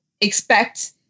expect